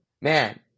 man